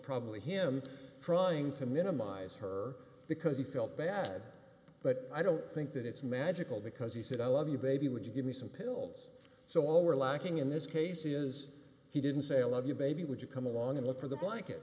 probably him trying to minimize her because he felt bad but i don't think that it's magical because he said i love you baby would you give me some pills so all we're lacking in this case is he didn't say i love you baby would you come along and look for the blanket